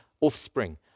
offspring